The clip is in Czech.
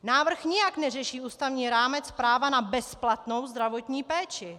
Návrh nijak neřeší ústavní rámec práva na bezplatnou zdravotní péči.